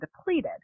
depleted